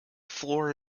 floor